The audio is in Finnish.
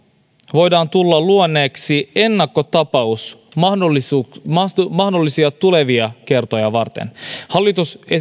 voidaan tulla luoneeksi ennakkotapaus mahdollisia tulevia kertoja varten hallitus